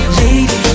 lady